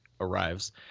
arrives